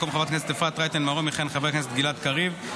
במקום חברת הכנסת אפרת רייטן מרום יכהן חבר הכנסת גלעד קריב,